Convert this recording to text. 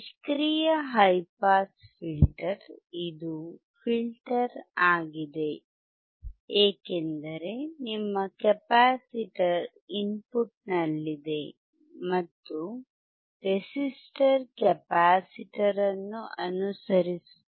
ನಿಷ್ಕ್ರಿಯ high pass filter ಇದು filter ಆಗಿದೆ ಏಕೆಂದರೆ ನಿಮ್ಮ ಕೆಪಾಸಿಟರ್ ಇನ್ಪುಟ್ನಲ್ಲಿದೆ ಮತ್ತು ರೆಸಿಸ್ಟರ್ ಕೆಪಾಸಿಟರ್ ಅನ್ನು ಅನುಸರಿಸುತ್ತಿದೆ